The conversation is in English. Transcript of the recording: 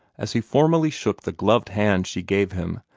as he formally shook the gloved hand she gave him,